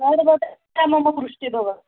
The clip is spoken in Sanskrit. ब मम पृष्टतः एव